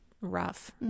rough